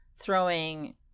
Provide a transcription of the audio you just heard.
throwing